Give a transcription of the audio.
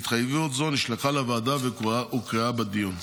והתחייבות זו נשלחה לוועדה והוקראה בדיון.